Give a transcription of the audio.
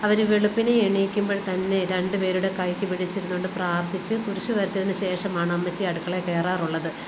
അവര് വെളുപ്പിനെ എണീക്കുമ്പഴെ തന്നെ രണ്ട് പേരുടെ കൈയ്ക്ക് പിടിച്ചിരുന്ന് കൊണ്ട് പ്രാർത്ഥിച്ച് കുരിശ് വരച്ചതിന് ശേഷമാണ് അമ്മച്ചി അടുക്കളയിൽ കയറാറുള്ളത്